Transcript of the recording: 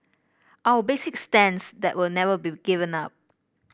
our basic stance that will never be given up